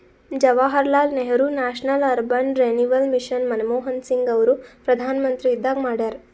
Jawaharlal Nehru National Urban Renewal Mission Manmohan Singh ಅವರು ಪ್ರಧಾನ್ಮಂತ್ರಿ ಇದ್ದಾಗ ಮಾಡ್ಯಾರ್